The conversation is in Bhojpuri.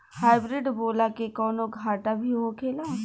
हाइब्रिड बोला के कौनो घाटा भी होखेला?